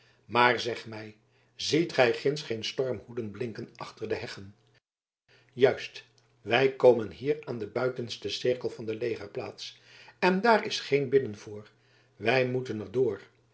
maar zeg mij ziet gij ginds geen stormhoeden blinken achter de heggen juist wij komen hier aan den buitensten cirkel van de legerplaats en daar is geen bidden voor wij moeten er door